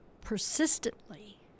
persistently